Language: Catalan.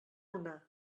una